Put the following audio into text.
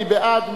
מי בעד?